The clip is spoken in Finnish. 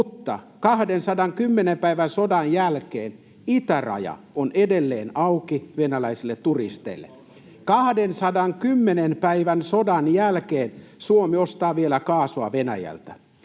mutta 210 päivän sodan jälkeen itäraja on edelleen auki venäläisille turisteille. 210 päivän sodan jälkeen Suomi ostaa vielä kaasua Venäjältä.